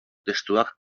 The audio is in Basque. testuak